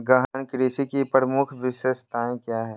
गहन कृषि की प्रमुख विशेषताएं क्या है?